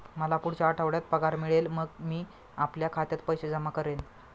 मला पुढच्या आठवड्यात पगार मिळेल मग मी आपल्या खात्यात पैसे जमा करेन